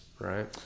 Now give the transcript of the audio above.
right